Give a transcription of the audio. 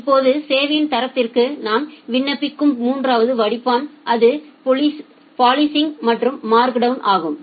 இப்போது சேவையின் தரத்திற்காக நாம் விண்ணப்பிக்கும் மூன்றாவது வடிப்பான் அது பொலிஸ் மற்றும் மார்க் டவுன் ஆகும்